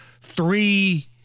three